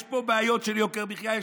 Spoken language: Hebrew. יש פה בעיות של יוקר מחיה.